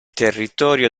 territorio